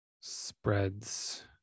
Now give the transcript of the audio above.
spreads